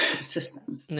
system